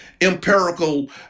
empirical